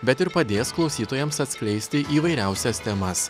bet ir padės klausytojams atskleisti įvairiausias temas